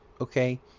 okay